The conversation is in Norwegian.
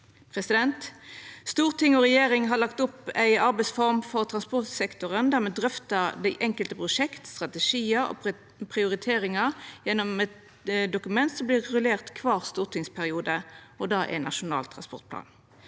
ned. Storting og regjering har lagt opp ei arbeidsform for transportsektoren der me drøftar dei enkelte prosjekt, strategiar og prioriteringar gjennom eit dokument som vert rullert kvar stortingsperiode, og det er Nasjonal transportplan.